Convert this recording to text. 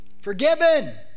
Forgiven